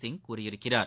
சிங் கூறியிருக்கிறார்